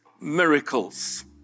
miracles